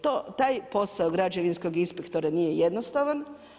Taj posao građevinskog inspektora nije jednostavan.